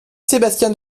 sébastien